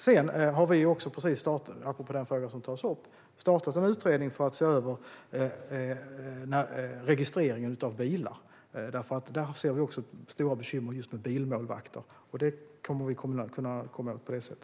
Vi har precis startat en utredning för att se över registreringen av bilar. Vi ser stora bekymmer med bilmålvakter, och det kommer vi att kunna komma åt på detta sätt.